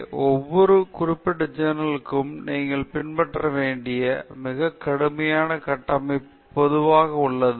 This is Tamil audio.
எனவே ஒவ்வொரு குறிப்பிட்ட ஜெர்னல்க்கு நீங்கள் பின்பற்ற வேண்டிய மிக கடுமையான கட்டமைப்பு பொதுவாக உள்ளது